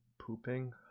Pooping